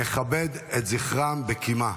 נכבד את זכרם בקימה.